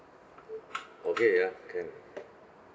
okay ya can